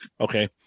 Okay